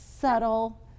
subtle